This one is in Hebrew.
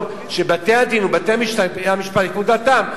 שבתי-הדין או בתי-המשפט ייתנו את דעתם,